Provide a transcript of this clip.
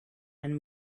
and